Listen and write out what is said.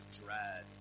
dread